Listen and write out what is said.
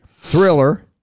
Thriller